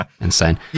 insane